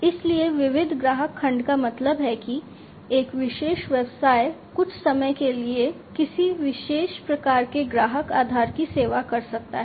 इसलिए विविध ग्राहक खंड का मतलब है कि एक विशेष व्यवसाय कुछ समय के लिए किसी विशेष प्रकार के ग्राहक आधार की सेवा कर सकता है